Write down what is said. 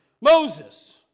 Moses